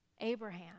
Abraham